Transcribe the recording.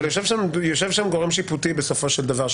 אבל יושב שם גורם שיפוטי בסופו של דבר,